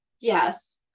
Yes